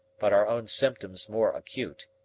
but our own symptoms more acute,